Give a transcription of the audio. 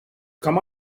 come